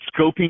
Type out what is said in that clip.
scoping